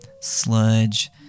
sludge